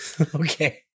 Okay